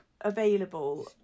available